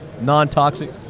Non-toxic